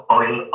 oil